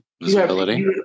Visibility